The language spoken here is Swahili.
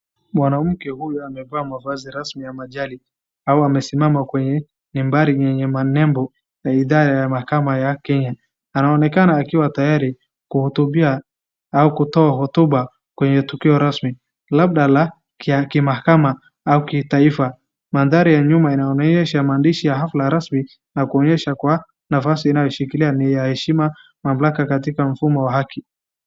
Mwanamke huyu amevaa mavazi rasmi ya majaji ama amesimama kwenye mambari yenye manembo, na idhaa ya maakama yake, anaonekana akiwa tayari kuhotubia au kutoa hotuba kwenye tukio rasmi, labda la kimahakama au ya kitaifa. Mandhari ya nyuma inaonyesha maandishi ya hafla rasmi na kuonyesha kuwa nafasi anayoshikilia ni ya heshima na mamlaka katika mfumo wa haki.